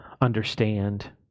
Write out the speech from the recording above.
understand